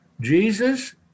Jesus